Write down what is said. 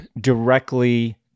directly